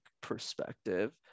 perspective